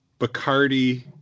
Bacardi